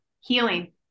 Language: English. healing